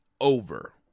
over